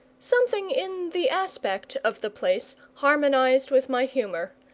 something in the aspect of the place harmonised with my humour,